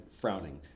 frowning